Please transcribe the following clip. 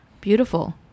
Beautiful